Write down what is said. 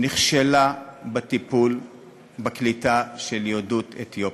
נכשלה בטיפול בקליטה של יהדות אתיופיה.